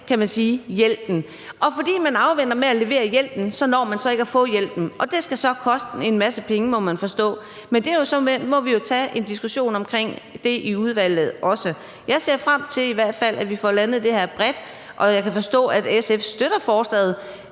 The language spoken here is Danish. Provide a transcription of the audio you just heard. man skal levere hjælpen, og fordi man venter med at levere hjælpen, når de så ikke at få hjælpen, og det skal så koste en masse penge, må man forstå. Men det må vi så også tage en diskussion om i udvalget. Jeg ser i hvert fald frem til, at vi får landet det her bredt, og jeg kan forstå, at SF støtter forslaget,